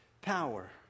power